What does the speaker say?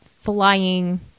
Flying